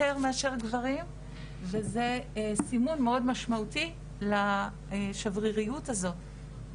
מאשר גברים וזה סימון מאוד משמעותי לשבריריות הזו,